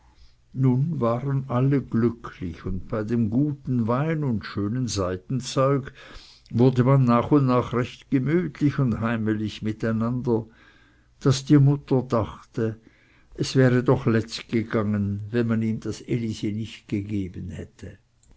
nun waren alle glücklich und bei dem guten wein und schönen seidenzeug wurde man nach und nach recht gemütlich und heimelig miteinander daß die mutter dachte es wäre doch lätz gegangen wenn man ihm das elisi nicht gegeben hätte